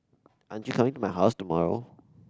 aren't you coming to my house tomorrow